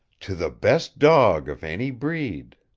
to the best dog of any breed